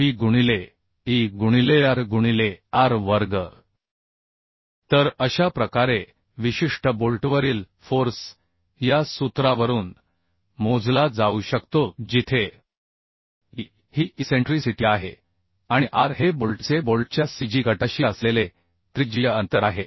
P गुणिले e गुणिलेr गुणिले r वर्ग तर अशा प्रकारे विशिष्ट बोल्टवरील फोर्स या सूत्रावरून मोजला जाऊ शकतो जिथे e ही इसेंट्रीसिटी आहे आणि r हे बोल्टचे बोल्टच्या cg गटाशी असलेले त्रिज्यीय अंतर आहे